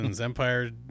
Empire